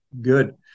Good